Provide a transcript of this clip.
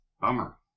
Bummer